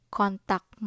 contact